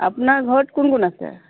আপোনাৰ ঘৰত কোন কোন আছে